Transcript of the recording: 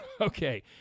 Okay